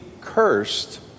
cursed